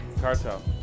Cartel